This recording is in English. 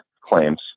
claims